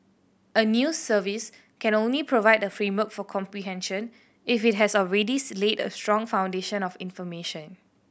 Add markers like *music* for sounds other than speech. a news service can only provide a framework for comprehension if it has already *unintelligible* laid a strong foundation of information